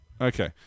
okay